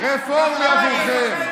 רפורמי עבורכם.